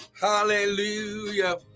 Hallelujah